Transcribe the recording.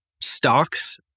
stocks